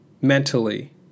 Mentally